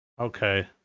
okay